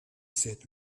sat